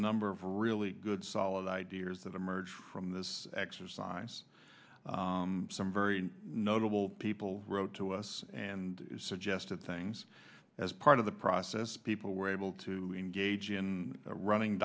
number of really good solid ideas that emerge from this exercise some very notable people wrote to us and suggested things as part of the process people were able to engage in running